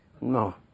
No